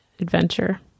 Adventure